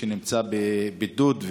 שנמצא בבידוד,